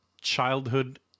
childhood